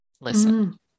listen